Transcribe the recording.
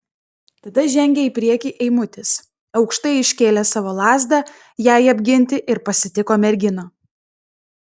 tada žengė į priekį eimutis aukštai iškėlęs savo lazdą jai apginti ir pasitiko merginą